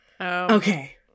Okay